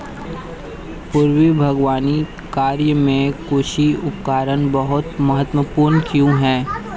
पूर्व बागवानी कार्यों में कृषि उपकरण बहुत महत्वपूर्ण क्यों है?